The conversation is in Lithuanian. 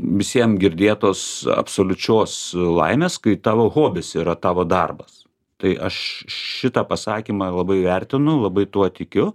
visiem girdėtos absoliučios laimės kai tavo hobis yra tavo darbas tai aš šitą pasakymą labai vertinu labai tuo tikiu